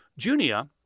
Junia